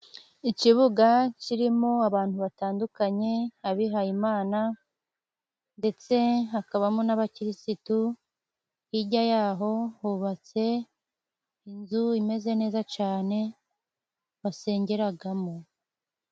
Ikibuga kirimo abantu batandukanye, abihayimana ndetse hakabamo n'abakirisitu, hijya yaho hubatse inzu imeze neza cyane basengeramo.